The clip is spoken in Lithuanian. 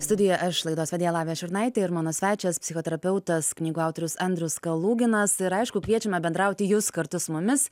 studijoje aš laidos vedėja lavija šurnaitė ir mano svečias psichoterapeutas knygų autorius andrius kaluginas ir aišku kviečiame bendrauti jus kartu su mumis